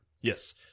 Yes